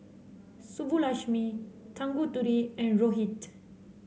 Subbulakshmi Tanguturi and Rohit